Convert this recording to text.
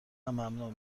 ممنون